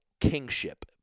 kingship